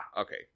okay